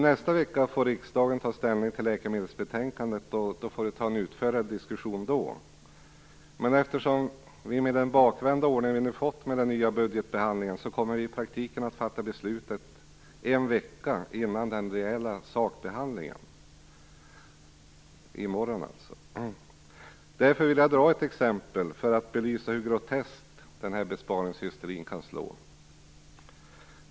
Nästa vecka får riksdagen ta ställning till läkemedelsbetänkandet. Vi får ha en utförligare diskussion då. Men med den bakvända ordning som vi fått i och med den nya budgetbehandlingen kommer riksdagen i praktiken att fatta beslut en vecka före den reella sakbehandlingen - alltså i morgon. Jag vill ge ett exempel för att belysa hur groteskt den här besparingshysterin kan slå.